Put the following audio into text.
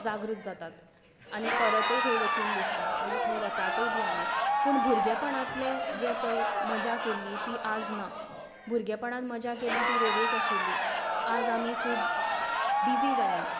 जागृत जातात आनी परतय थंय वचीन दिसता आनी थंय वतातय बी आमी पूण भुरगेपणांतलें जें पळय मजा केल्ली ती आज ना भुरगेपणांत मजा केल्ली ती वेगळीच आशिल्ली आज आमी खूब बिजी जाल्यांत